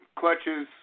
clutches